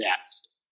next